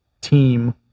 team